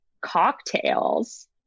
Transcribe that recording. cocktails